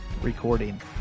recording